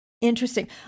interesting